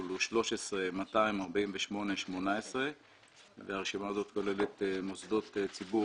הוא 13-248-18. הרשימה הזאת כוללת מוסדות ציבור